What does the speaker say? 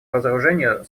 разоружению